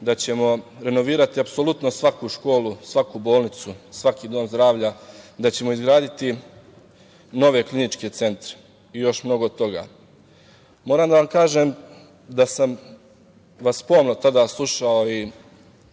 da ćemo renovirati apsolutno svaku školu, svaku bolnicu, svaki dom zdravlja, da ćemo izgraditi nove kliničke centre i još mnogo toga. Moram da vam kažem da sam vas pomno tada slušao i